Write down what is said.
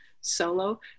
solo